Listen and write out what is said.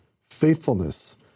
faithfulness